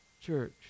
church